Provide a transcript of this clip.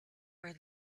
where